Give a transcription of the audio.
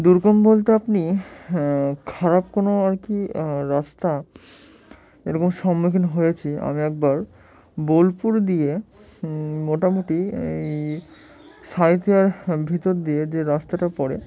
দুর্গম বলতে আপনি খারাপ কোনো আর কি রাস্তা এরকম সম্মুখীন হয়েছি আমি একবার বোলপুর দিয়ে মোটামুটি এই সাঁইথিয়ার ভিতর দিয়ে যে রাস্তাটা পড়ে